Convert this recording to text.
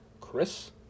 Chris